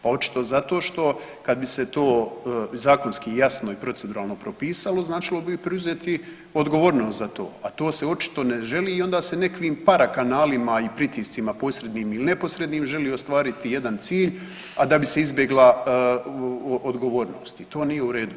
Pa očito zato što kad bi se to zakonski i jasno i proceduralno propisalo značilo bi preuzeti odgovornost za to, a to se očito ne želi i onda se onda nekakvim parakanalima i pritiscima posrednim ili neposrednim želi ostvariti jedan cilj, a da bi se izbjegla odgovornost i to nije u redu.